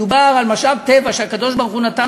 מדובר על משאב טבע שהקדוש-ברוך-הוא נתן